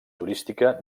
turística